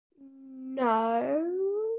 No